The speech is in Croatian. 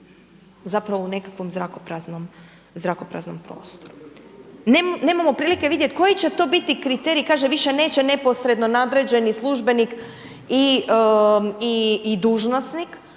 Zapravo u nekakvom zrakopraznom prostoru. Nemamo prilike vidjeti koji će to biti kriterij, kaže više neće neposredni nadređeni službenik i dužnosnik